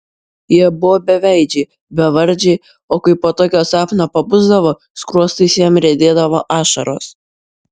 jie buvo beveidžiai bevardžiai o kai po tokio sapno pabusdavo skruostais jam riedėdavo ašaros